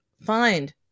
find